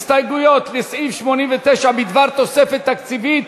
הסתייגויות לסעיף 89 בדבר תוספת תקציבית.